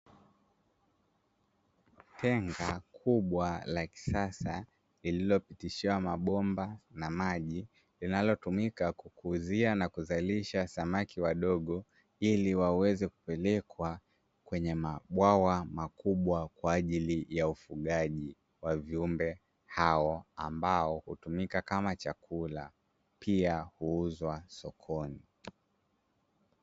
Tenga kubwa la kisasa lililopitishiwa mabomba na maji linalotumika kukuzia na kuzalisha samaki wadogo, ili waweze kupelekwa kwenye mabwawa makubwa kwa ajili ya ufugaji wa viumbe hao ambao hutumika kama chakula pia huuzwa sokoni.